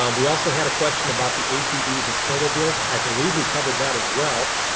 um we also had a question about the atvs and snowmobiles. i believe we covered that as well.